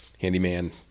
handyman